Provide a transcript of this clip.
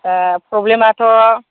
ओह प्रब्लेमाथ'